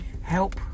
help